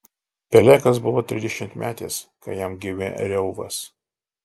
pelegas buvo trisdešimtmetis kai jam gimė reuvas